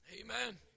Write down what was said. Amen